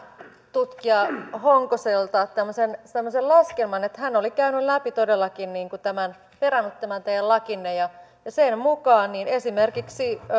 tutkija honkaselta tämmöisen laskelman että hän oli käynyt läpi todellakin tämän perannut tämän teidän lakinne sen mukaan esimerkiksi